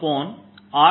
r r